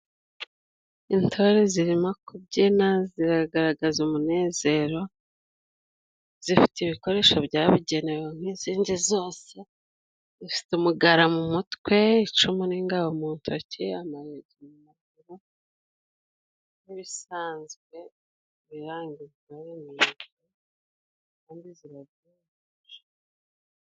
Intore zirimo kubyina ziragaragaza umunezero, zifite ibikoresho byabugenewe nk'izindi zose, zifite umugara mu mutwe, icumu n'ingabo mu ntoki, amayugi ku maguru, nk'ibisanzwe ibiranga intore ni ibi.